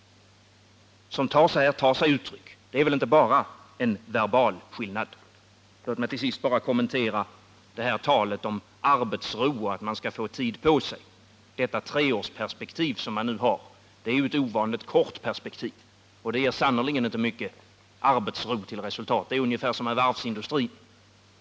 Inte är det väl då bara en verbal skillnad? Låt mig till sist kommentera talet om arbetsro och att man skall få tid på sig. Det treårsperspektiv som det nu är fråga om är ju ett ovanligt kort perspektiv, och det ger sannerligen inte mycket arbetsro. Det är ungefär som med varvsindustrin.